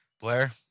Blair